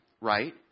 right